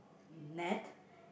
net